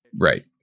Right